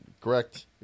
Correct